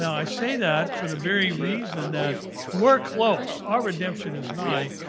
i say that for the very reason that we are close, our redemption is nigh.